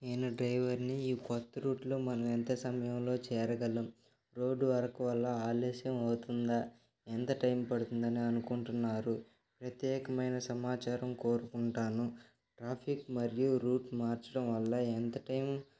నేను డ్రైవర్ని ఈ కొత్త రూట్లో మనం ఎంత సమయంలో చేరగలం రోడ్ వర్క్ వల్ల ఆలస్యం అవుతుందా ఎంత టైం పడుతుందని అనుకుంటున్నారు ప్రత్యేకమైన సమాచారం కోరుకుంటాను ట్రాఫిక్ మరియు రూట్ మార్చడం వల్ల ఎంత టైం